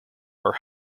are